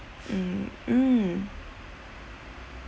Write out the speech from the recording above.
mm mm